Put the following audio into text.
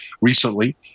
recently